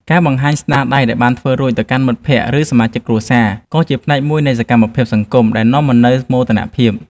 ការបង្ហាញស្នាដៃដែលបានធ្វើរួចទៅកាន់មិត្តភក្តិ ឬសមាជិកគ្រួសារ ក៏ជាផ្នែកមួយនៃសកម្មភាពសង្គមដែលនាំមកនូវមោទនភាព។